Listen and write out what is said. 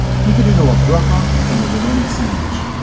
he didn't know a bracha from a baloney sandwich.